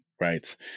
Right